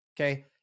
Okay